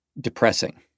depressing